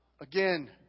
Again